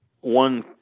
One